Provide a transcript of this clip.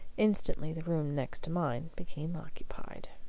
instantly the room next mine became occupied.